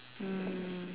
mm